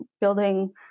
building